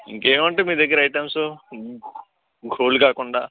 ఇంకేముంటాయి మీ దగ్గర items gold కాకుండా